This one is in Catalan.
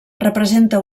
representa